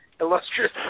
illustrious